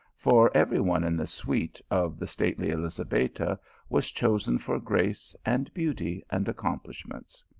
for every one in the suite of the stately elizabetta was chosen for grace, and beauty, and accomplish ments.